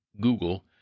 Google